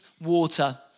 water